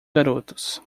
garotos